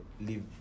leave